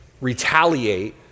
retaliate